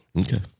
Okay